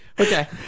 Okay